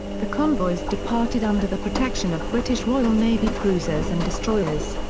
the convoys departed under the protection of british royal navy cruisers and destroyers.